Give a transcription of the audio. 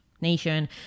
nation